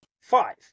Five